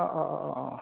অঁ অঁ অঁ